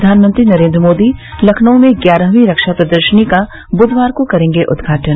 प्रधानमंत्री नरेन्द्र मोदी लखनऊ में ग्यारहवीं रक्षा प्रदर्शनी का ब्धवार को करेंगे उदघाटन